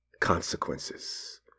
Consequences